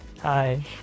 Hi